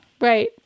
Right